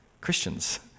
Christians